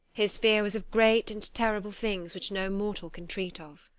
his fear was of great and terrible things, which no mortal can treat of